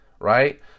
right